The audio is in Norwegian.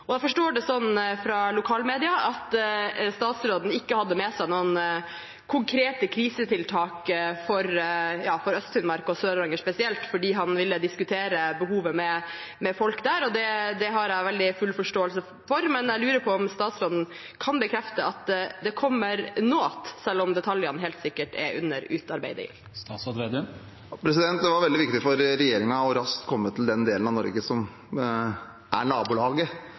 Jeg forstår det sånn av lokalmedia at statsråden ikke hadde med seg noen konkrete krisetiltak for Øst-Finnmark og Sør-Varanger spesielt fordi han ville diskutere behovet med folk der. Det har jeg full forståelse for, men jeg lurer på om statsråden kan bekrefte at det kommer noe, selv om detaljene helt sikkert er under utarbeiding. Det var veldig viktig for regjeringen raskt å komme til den delen av Norge som er nabolaget,